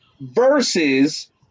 Versus